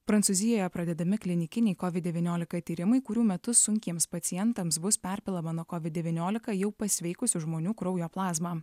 prancūzijoje pradedami klinikiniai covid devyniolika tyrimai kurių metu sunkiems pacientams bus perpilama nuo covid devyniolika jau pasveikusių žmonių kraujo plazma